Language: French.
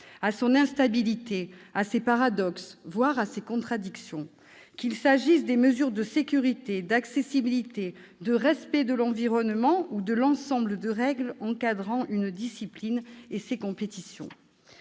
à son instabilité, à ses paradoxes voire à ses contradictions, qu'il s'agisse des mesures de sécurité, d'accessibilité, de respect de l'environnement ou de l'ensemble des règles encadrant une discipline et ses compétitions.